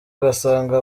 ugasanga